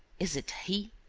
is it he?